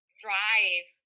thrive